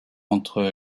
entre